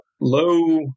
low